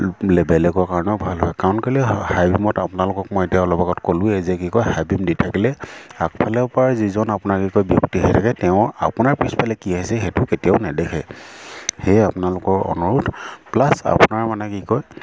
বেলেগৰ কাৰণেও ভাল হয় কাৰণ কেলৈ হাই বিমত আপোনালোকক মই এতিয়া অলপ আগত ক'লোঁৱেই যে কি কয় হাই বিম দি থাকিলে আগফালে পৰাই যিজন আপোনাৰ কি কয় ব্যক্তি আহি থাকে তেওঁ আপোনাৰ পিছফালে কি হৈছে সেইটো কেতিয়াও নেদেখে সেয়ে আপোনালোকৰ অনুৰোধ প্লাছ আপোনাৰ মানে কি কয়